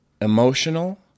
emotional